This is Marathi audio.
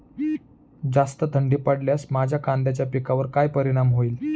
जास्त थंडी पडल्यास माझ्या कांद्याच्या पिकावर काय परिणाम होईल?